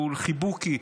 חיבוקי,